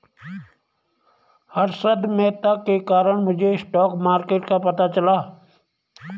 हर्षद मेहता के कारण मुझे स्टॉक मार्केट का पता चला